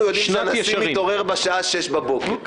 אנחנו יודעים שהנשיא מתעורר בשעה 06:00 בבוקר.